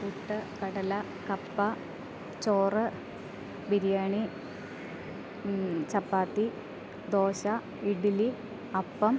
പുട്ട് കടല കപ്പ ചോറ് ബിരിയാണി ചപ്പാത്തി ദോശ ഇഡലി അപ്പം